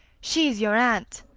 she's your aunt.